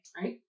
right